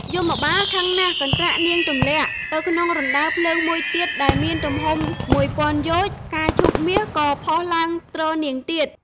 យមបាលខឹងណាស់ កន្ត្រាក់នាងទម្លាក់ ទៅក្នុងរណ្តៅភ្លើងមួយទៀតដែលមានទំហំមួយពាន់យោជន៍ ផ្កាឈូកមាសក៏ ផុសឡើងទ្រនាងទៀត ។